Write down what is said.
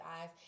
eyes